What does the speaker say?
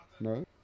No